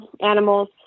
animals